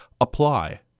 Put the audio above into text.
apply